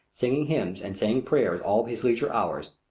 singing hymns and saying prayers all his leisure hours,